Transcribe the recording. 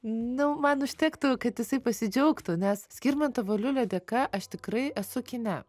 nu man užtektų kad jisai pasidžiaugtų nes skirmanto valiulio dėka aš tikrai esu kine